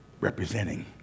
representing